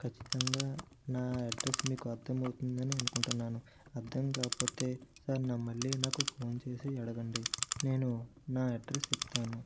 ఖచ్చితంగా నా అడ్రస్ మీకు అర్ధమవుతుందని అనుకుంటున్నాను అర్ధం కాకపోతే సార్ నా మళ్ళీ నాకు ఫోన్ చేసి అడగండి నేను నా అడ్రస్ చెప్తాను